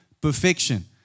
perfection